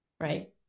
right